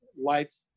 life